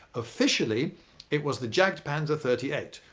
officially it was the jagdpanzer thirty eight,